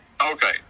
Okay